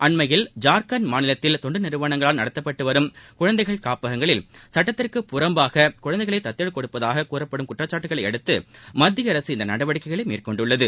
அண்மையில் ஜார்கண்ட் மாநிலத்தில் தொண்டு நிறுவனங்களால் நடத்தப்பட்டு வரும் குழந்தைகள் காப்பகங்களில் சுட்டத்திற்கு புறம்பாக குழந்தைகளை தத்துக்கொடுப்பதாகக் கூறப்படும் குற்றச்சாட்டுக்களையடுத்து மத்திய அரசு இந்த நடவடிக்கையை மேற்கொண்டுள்ளது